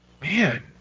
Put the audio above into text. man